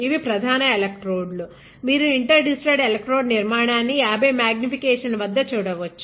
ఇవి ప్రధాన ఎలక్ట్రోడ్లు మీరు ఇంటర్ డిజిటెడ్ ఎలక్ట్రోడ్ నిర్మాణాన్ని50 X మాగ్నిఫికేషన్ వద్ద చూడవచ్చు